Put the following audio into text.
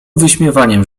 wyśmiewaniem